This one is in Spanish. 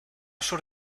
sur